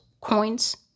coins